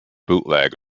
bootleg